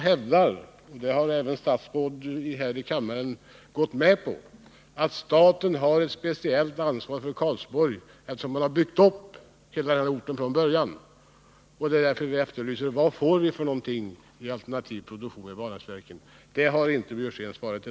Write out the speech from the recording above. Statsråd har också här i kammaren gått med på att staten har ett speciellt ansvar för Karlsborg, eftersom man har byggt upp orten från början. Därför efterlyser vi vad vi får för alternativ produktion vid Vanäsverken. På detta har inte Karl Björzén svarat.